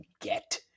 get